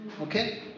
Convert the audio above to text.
okay